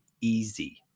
easy